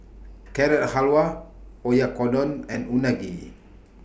Carrot Halwa Oyakodon and Unagi